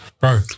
Bro